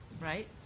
Right